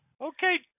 okay